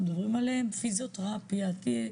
עליהם, פיזיותרפיה,